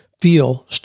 feel